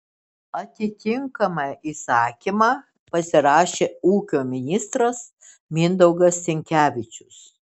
atitinkamą įsakymą pasirašė ūkio ministras mindaugas sinkevičius